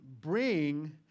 bring